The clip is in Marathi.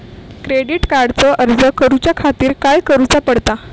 क्रेडिट कार्डचो अर्ज करुच्या खातीर काय करूचा पडता?